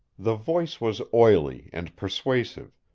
the voice was oily and persuasive,